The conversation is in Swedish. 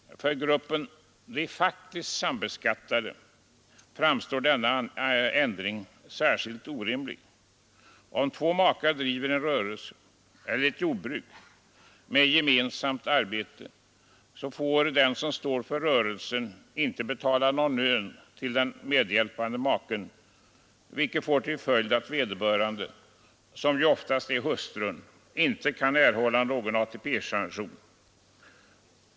För gruppen faktiskt sambeskattade framstår denna ändring som särskilt orimlig. Om två makar driver en rörelse eller ett jordbruk med gemensamt arbete får den som står för rörelsen icke betala någon lön till den medhjälpande maken, vilket har till följd att vederbörande — oftast hustrun — icke kan erhålla någon ATP-pension.